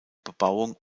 bebauung